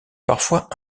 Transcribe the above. parfois